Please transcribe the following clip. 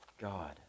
God